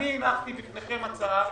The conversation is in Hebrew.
הנחתי בפניכם הצעה